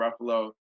Ruffalo